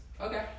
okay